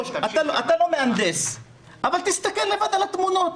אתה לא מהנדס אבל תסתכל לבד על התמונות